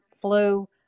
flu